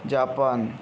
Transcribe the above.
Japan